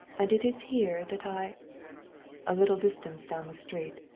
and it is here that i a little distance down the street.